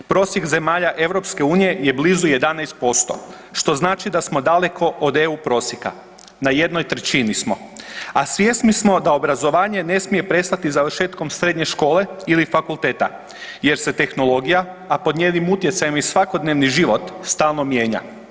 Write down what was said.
Prosjek zemalja EU je blizu 11%, što znači da smo daleko od EU prosjeka, na 1/3 smo, a svjesni smo da obrazovanje ne smije prestati završetkom srednje škole ili fakulteta jer se tehnologija, a pod njenim utjecajem i svakodnevni život stalno mijenja.